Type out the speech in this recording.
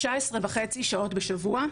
כ-19 וחצי שעות בשבוע